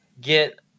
get